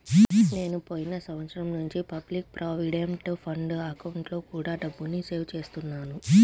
నేను పోయిన సంవత్సరం నుంచి పబ్లిక్ ప్రావిడెంట్ ఫండ్ అకౌంట్లో కూడా డబ్బుని సేవ్ చేస్తున్నాను